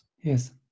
Yes